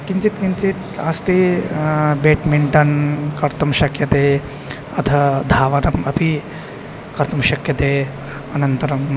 किञ्चित् किञ्चित् अस्ति बेट्मिण्टन् कर्तुं शक्यते अथ धावनम् अपि कर्तुं शक्यते अनन्तरम्